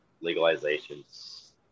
legalization's